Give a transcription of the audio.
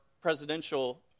presidential